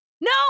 No